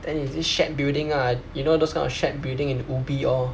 then it's this shared building ah you know those kind of shared building in ubi all